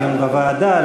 דיון בוועדה?